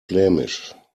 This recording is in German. flämisch